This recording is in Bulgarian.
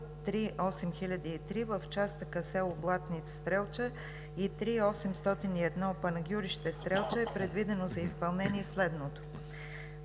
III-8003 в участъка село Блатница – Стрелча и III-801 Панагюрище – Стрелча е предвидено за изпълнение следното: